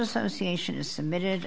association is submitted